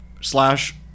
slash